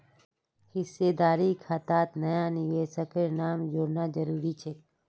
हिस्सेदारी खातात नया निवेशकेर नाम जोड़ना जरूरी छेक